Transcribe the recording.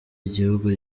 igihugu